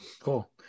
Cool